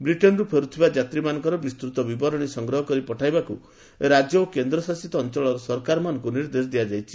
ବ୍ରିଟେନ୍ରୁ ଫେର୍ଥିବା ଯାତ୍ରୀମାନଙ୍କର ବିସ୍ତତ ବିବରଣୀ ସଂଗ୍ରହ କରି ପଠାଇବାକୃ ରାଜ୍ୟ ଓ କେନ୍ଦ୍ରଶାସିତ ଅଞ୍ଚଳ ସରକାରମାନଙ୍କୁ ନିର୍ଦ୍ଦେଶ ଦିଆଯାଇଛି